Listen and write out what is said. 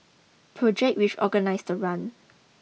project which organised the run